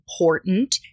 important